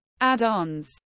add-ons